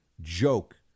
joke